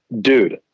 Dude